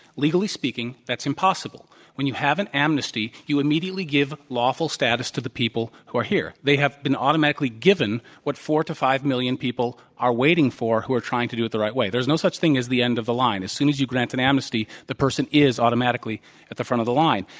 legally speaking, that's impossible. when you have an amnesty, you immediately give lawful status to the people who are here. they have been automatically given what four to five million people are waiting for who are trying to do it the right way. there is no such thing as the end of the line. as soon as you grant an amnesty, the person is automatically at the front of the line.